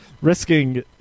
risking